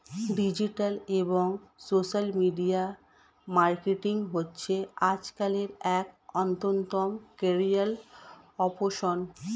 digital এবং social media marketing হচ্ছে আজকালের এক অন্যতম ক্যারিয়ার অপসন